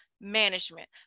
management